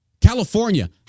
California